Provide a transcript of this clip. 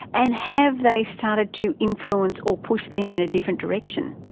and have they started to influence or push them in a different direction?